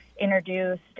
introduced